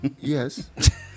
Yes